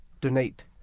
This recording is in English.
donate